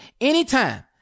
anytime